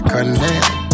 Connect